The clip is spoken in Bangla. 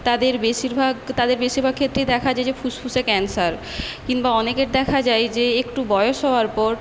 তাদের বেশিরভাগ তাদের বেশিরভাগ ক্ষেত্রেই দেখা যায় যে ফুসফুসে ক্যান্সার কিনবা অনেকের দেখা যায় যে একটু বয়স হওয়ার পর